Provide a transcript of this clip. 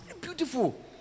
beautiful